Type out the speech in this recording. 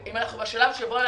שלו.